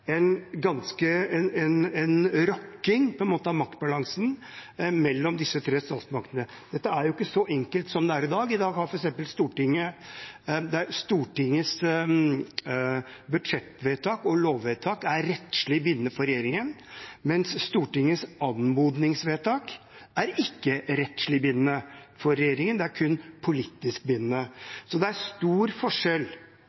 ikke så enkelt som det er i dag, der f.eks. Stortingets budsjettvedtak og lovvedtak er rettslig bindende for regjeringen, mens Stortingets anmodningsvedtak ikke er rettslig bindende for regjeringen, det er kun politisk